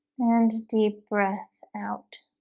and deep breath out